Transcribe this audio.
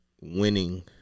winning